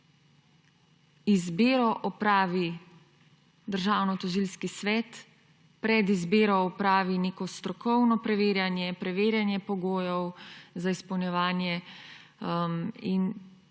Izbiro opravi Državnotožilski svet, pred izbiro opravi neko strokovno preverjanje, preverjanje pogojev za izpolnjevanje in